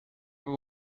moet